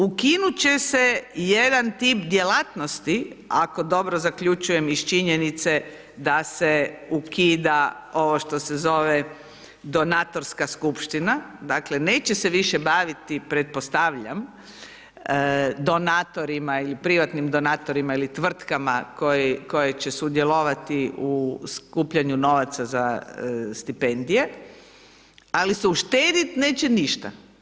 Ukinut će se jedan tip djelatnosti, ako dobro zaključujem iz činjenice da se ukida ovo što se zove, donatorska skupština, dakle, neće se više baviti, pretpostavljam, donatorima ili privatnim donatorima ili tvrtkama koje će sudjelovati u skupljanju novaca na stipendije, ali se uštedit neće ništa.